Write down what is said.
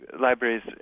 libraries